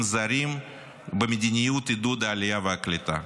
זרים במדיניות עידוד העלייה והקליטה.